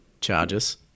Charges